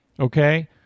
Okay